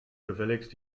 gefälligst